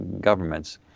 governments